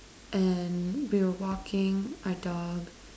and we were walking a dog